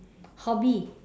hobby